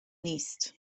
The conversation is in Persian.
نیست